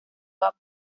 punk